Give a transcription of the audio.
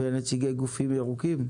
ונציגי גופים ירוקים?